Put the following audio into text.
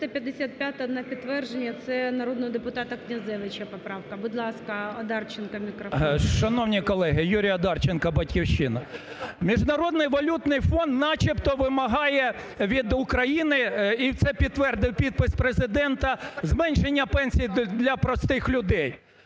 355-а на підтвердження, це народного депутата Князевича поправка. Будь ласка, Одарченко мікрофон. 13:35:36 ОДАРЧЕНКО Ю.В. Шановні колеги! Юрій Одарченко, "Батьківщина". Міжнародний валютний фонд начебто вимагає від України, і це підтвердив підпис Президента, зменшення пенсій для простих людей.